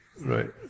right